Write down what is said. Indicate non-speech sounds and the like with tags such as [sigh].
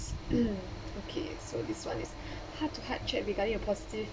[coughs] okay so this one is hard to hard check regards your positive